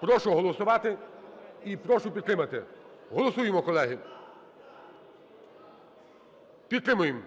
Прошу голосувати і прошу підтримати. Голосуємо, колеги. Підтримаємо